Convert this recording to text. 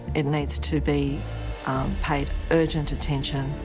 it needs to be paid urgent attention.